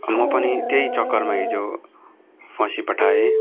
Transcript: म पनि त्यही चक्करमा हिजो फसिपठाएँ